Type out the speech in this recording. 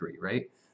right